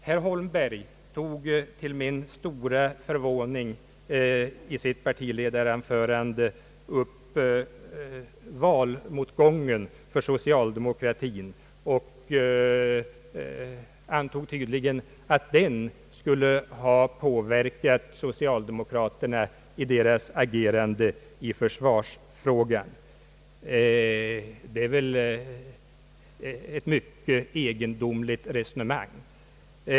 Herr Holmberg tog i sitt partiledaranförande till min stora förvåning upp valmotgången för socialdemokratin och antog tydligen att den skulle ha påverkat socialdemokraterna i deras agerande i försvarsfrågan. Det är ett mycket egendomligt resonemang.